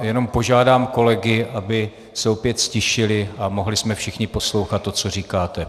Jenom požádám kolegy, aby se opět ztišili a mohli jsme všichni poslouchat to, co říkáte.